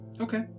Okay